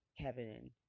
Kevin